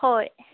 ꯍꯣꯏ